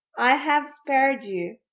i have spared you.